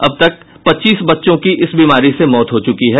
अब तक पच्चीस बच्चों की इस बीमारी से मौत हो चुकी है